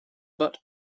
but